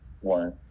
one